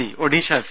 C Odisha F